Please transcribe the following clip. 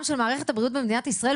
רשמתי פה הרבה דברים שנקדם ונעשה.